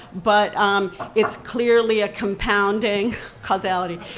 but um it's clearly a compounding causality.